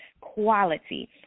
quality